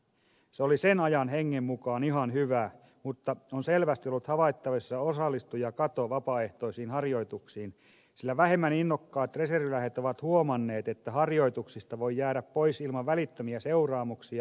se oli sen ajan hengen mukaan ihan hyvä ratkaisu mutta on selvästi ollut havaittavissa osallistujakato vapaaehtoisiin harjoituksiin sillä vähemmän innokkaat reserviläiset ovat huomanneet että harjoituksista voi jäädä pois ilman välittömiä seuraamuksia